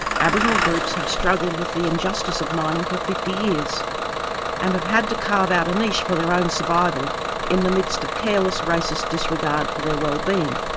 aboriginal groups have struggled with the injustice of mining for fifty years and have had to carve out a niche for their own survival in the midst of careless, racist disregard for their wellbeing.